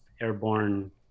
airborne